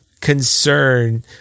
concern